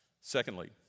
Secondly